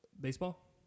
Baseball